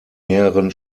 mehreren